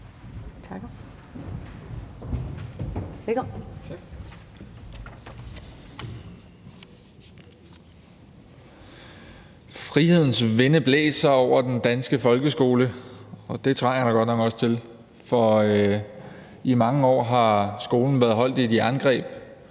Frihedens vinde blæser over den danske folkeskole, og det trænger den godt nok også til. For i mange år har skolen været holdt i et jerngreb,